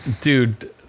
dude